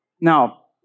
Now